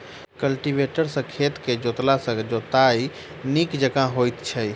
cultivator सॅ खेत के जोतला सॅ जोताइ नीक जकाँ होइत छै